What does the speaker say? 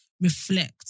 Reflect